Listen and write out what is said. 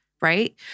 Right